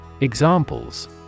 Examples